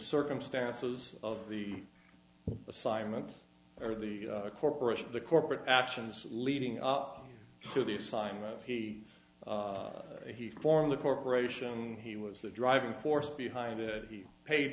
circumstances of the assignment or the corporation or the corporate actions leading up to the assignment he he formed the corporation he was the driving force behind it he paid